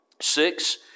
Six